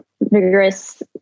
vigorous